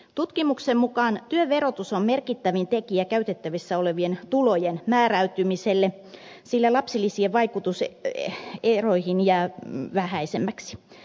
tutkimuksen mukaan työverotus on merkittävin tekijä käytettävissä olevien tulojen määräytymiselle sillä lapsilisien vaikutus eroihin jää vähäisemmäksi